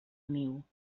niu